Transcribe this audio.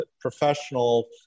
professional